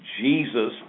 Jesus